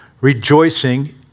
Rejoicing